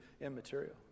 immaterial